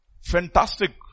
fantastic